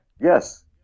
Yes